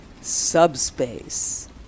subspace